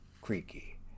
creaky